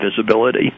visibility